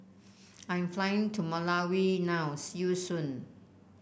I am flying to Malawi now see you soon